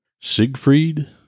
Siegfried